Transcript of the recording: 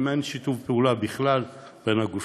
אם אין שיתוף פעולה בכלל בין הגופים,